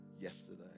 yesterday